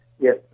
Yes